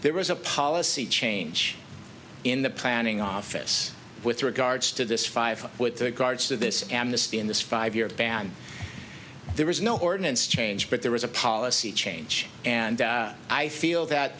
there was a policy change in the planning office with regards to this five with the guards to this amnesty in this five year ban there was no ordinance change but there was a policy change and i feel that